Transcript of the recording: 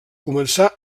començà